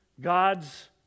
God's